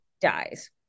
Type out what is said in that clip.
dies